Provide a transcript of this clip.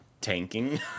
tanking